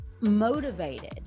motivated